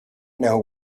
know